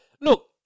Look